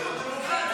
זו דמוקרטיה.